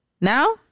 now